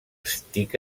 estic